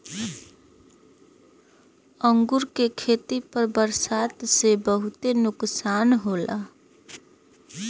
अंगूर के खेती पर बरसात से बहुते नुकसान होला